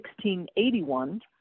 1681